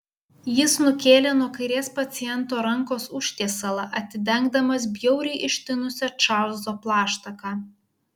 jis nukėlė nuo kairės paciento rankos užtiesalą atidengdamas bjauriai ištinusią čarlzo plaštaką